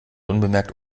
unbemerkt